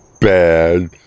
bad